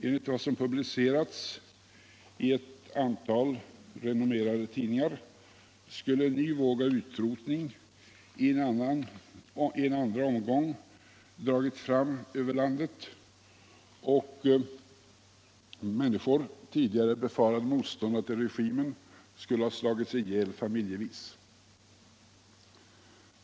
Enligt vad som publicerats i eu antal renommerade tidningar skulle en ny våg av utrotning i en andra omgång ha dragit fram över landet. Människor, tidigare eller befarade motståndare till regimen, skulle ha slagits ihjäl familjevis.